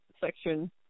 section